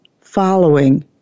following